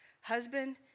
husband